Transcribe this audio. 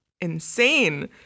insane